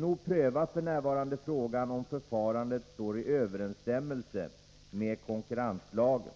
NO prövar f. n. frågan om förfarandet står i överensstämmelse med konkurrenslagen.